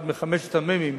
היא אחת מחמשת מהמ"מים